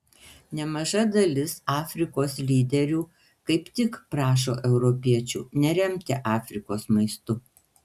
nemaža dalis afrikos lyderių kaip tik prašo europiečių neremti afrikos maistu